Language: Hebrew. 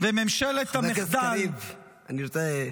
אני רוצה,